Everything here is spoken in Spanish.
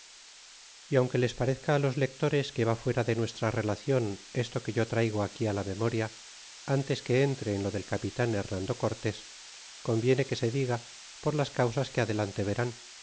y aunque les parezca los lectores que va fuera de nuestra relacion esto que yo traigo aquí la memoria ntes que entre en lo del capitan demando cortés conviene que se diga por las causas que adelante verán